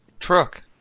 Truck